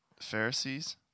Pharisees